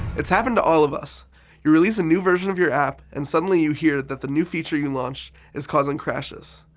it's happened to all of us you release a new version of your app, and suddenly you hear that the new feature you launched is causing crashes.